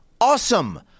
awesome